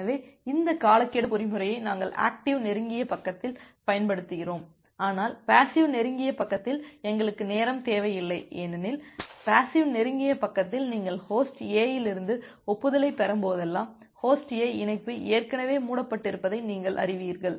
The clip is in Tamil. எனவே இந்த காலக்கெடு பொறிமுறையை நாங்கள் ஆக்டிவ் நெருங்கிய பக்கத்தில் பயன்படுத்துகிறோம் ஆனால் பேசிவ் நெருங்கிய பக்கத்தில் எங்களுக்கு நேரம் தேவை இல்லை ஏனெனில் பேசிவ் நெருங்கிய பக்கத்தில் நீங்கள் ஹோஸ்ட் A இலிருந்து ஒப்புதலைப் பெறும்போதெல்லாம் ஹோஸ்ட் A இணைப்பு ஏற்கனவே மூடப்பட்டிருப்பதை நீங்கள் அறிவீர்கள்